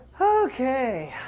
okay